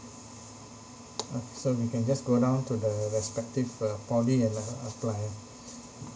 okay so we can just go down to the respective uh poly and uh apply